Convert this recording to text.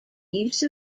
use